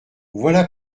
voilà